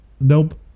Nope